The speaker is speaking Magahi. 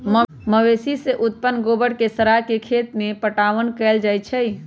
मवेशी से उत्पन्न गोबर के सड़ा के खेत में पटाओन कएल जाइ छइ